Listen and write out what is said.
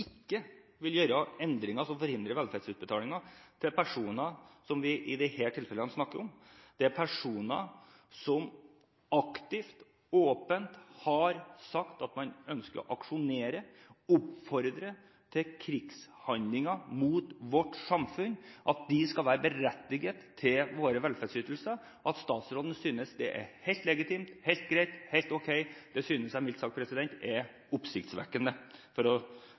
vil gjøre endringer som forhindrer velferdsutbetalinger til personer som vi i disse tilfellene snakker om – personer som aktivt og åpent har sagt at de ønsker å aksjonere, oppfordre til krigshandlinger mot vårt samfunn – og at de skal være berettiget til våre velferdsytelser. At statsråden synes det er helt legitimt, helt greit, helt ok – det synes jeg mildt sagt er oppsiktsvekkende, for